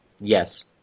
Yes